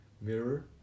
mirror